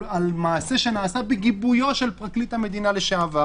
על חשבונם של שוטרים זוטרים שעבורם יועדה ההנחה.